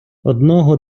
одного